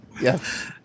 Yes